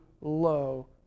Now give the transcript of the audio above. low